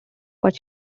what